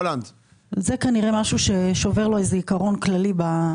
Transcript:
זה כנראה משהו ששובר לו איזה עקרון כללי בחוק.